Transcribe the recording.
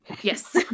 Yes